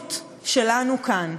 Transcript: המציאות שלנו כאן.